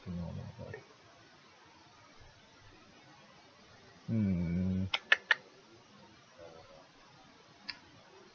um